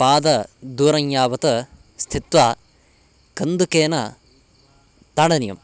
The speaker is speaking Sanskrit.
पाद दूरं यावत् स्थित्वा कन्दुकेन ताडनीयम्